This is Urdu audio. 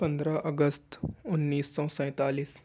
پندرہ اگست انیس سو سینتالیس